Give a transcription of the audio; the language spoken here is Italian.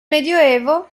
medioevo